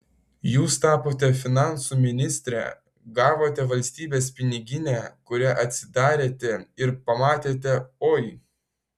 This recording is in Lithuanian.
jūs tapote finansų ministre gavote valstybės piniginę kurią atsidarėte ir pamatėte oi